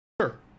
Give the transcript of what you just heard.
Sure